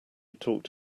talked